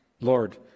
Lord